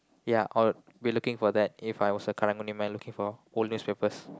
ya I'll be I'll be looking for that If I was a karang-guni man looking for newspapers